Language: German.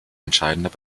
entscheidender